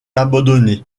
abandonné